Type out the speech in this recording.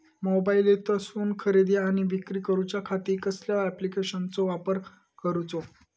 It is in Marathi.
मोबाईलातसून खरेदी आणि विक्री करूच्या खाती कसल्या ॲप्लिकेशनाचो वापर करूचो?